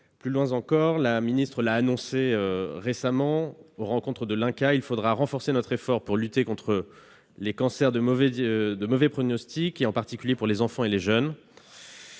plus loin encore. La ministre l'a annoncé récemment aux Rencontres de l'INCa, il faudra renforcer notre effort pour lutter contre les cancers de mauvais pronostic, en particulier pour les enfants et les jeunes,